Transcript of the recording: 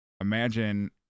imagine